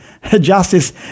justice